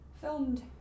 filmed